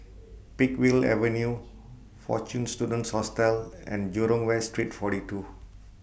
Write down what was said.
Peakville Avenue Fortune Students Hostel and Jurong West Street forty two